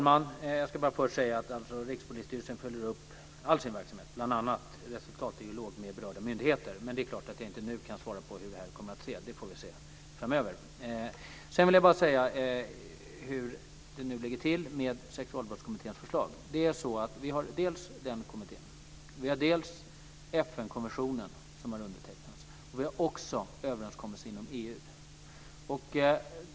Fru talman! Rikspolisstyrelsen följer upp all sin verksamhet och bl.a. resultat hos berörda myndigheter. Men det är klart att jag inte nu kan uttala mig om när detta kommer att ske. Det får vi se framöver. Sedan vill jag bara tala om hur det ligger till med Sexualbrottskommitténs förslag. Vi har dels den kommittén, dels FN-konventionen som har undertecknats, dels överenskommelser inom EU.